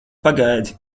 pagaidi